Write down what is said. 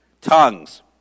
Tongues